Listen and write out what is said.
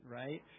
right